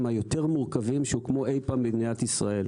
היותר מורכבים שהוקמו אי פעם במדינת ישראל.